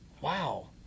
Wow